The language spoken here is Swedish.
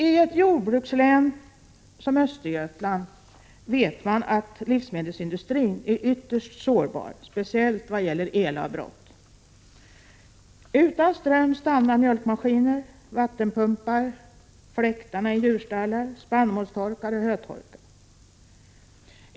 I ett jordbrukslän som Östergötland vet man att livsmedelsindustrin är ytterst sårbar, speciellt vad gäller elavbrott. Utan ström stannar mjölkmaskiner, vattenpumpar, fläktarna i djurstallar, spannmålstorkar och hötorkar.